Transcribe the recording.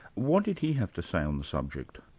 what did he have to say on the subject?